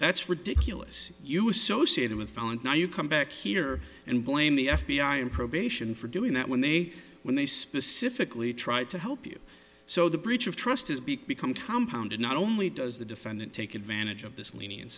that's ridiculous you associate it with fall and now you come back here and blame the f b i and probation for doing that when they when they specifically tried to help you so the breach of trust is big become compound and not only does the defendant take advantage of this lenient